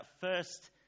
first